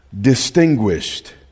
distinguished